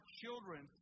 children